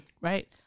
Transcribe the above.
right